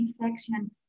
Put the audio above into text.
infection